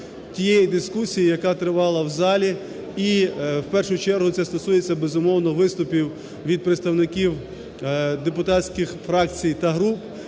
тієї дискусії, яка тривала в залі і в першу чергу це стосується, безумовно, виступів від представників депутатських фракцій та груп,